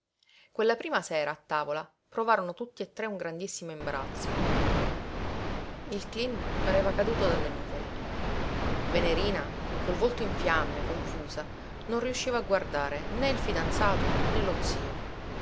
a cena quella prima sera a tavola provarono tutti e tre un grandissimo imbarazzo il cleen pareva caduto dalle nuvole venerina col volto in fiamme confusa non riusciva a guardare né il fidanzato né lo zio